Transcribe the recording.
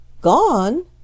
Gone